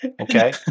Okay